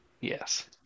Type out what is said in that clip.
yes